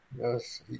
Yes